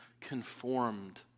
conformed